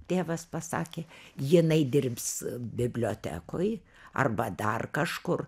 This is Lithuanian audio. tėvas pasakė jinai dirbs bibliotekoj arba dar kažkur